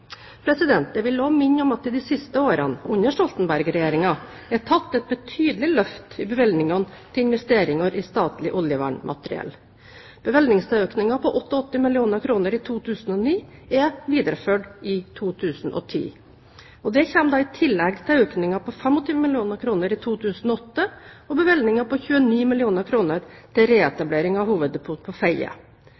Jeg vil også minne om at det de siste årene – under Stoltenberg-regjeringen – er tatt et betydelig løft i bevilgningene til investeringer i statlig oljevernmateriell. Bevilgningsøkningen på 88 mill. kr i 2009 er videreført i 2010. Dette kommer i tillegg til økningen på 25 mill. kr i 2008 og bevilgningen på 29 mill. kr til